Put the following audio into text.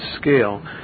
scale